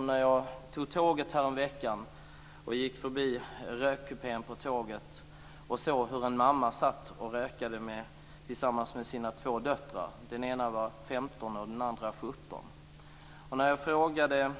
När jag tog tåget häromveckan och gick förbi rökkupén såg jag hur en mamma satt och rökte tillsammans med sina två döttrar. Den ena var 15 och den andra 17. Den synen möter man inte alltför sällan. När jag frågade mamman